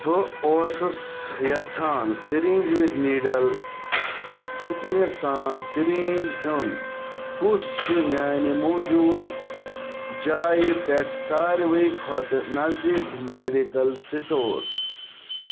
بہٕ اوسُس یژھان سِرنٛیٖج وِد نیٖڈَل سٕژنہِ سان سِریٖنٛج ہیوٚن کُس چھُ میانہِ موجوٗدٕ جایہِ پٮ۪ٹھ ساروٕے کھۄتہٕ نزدیٖک میڈیکل سٹور